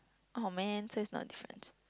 oh man so is not different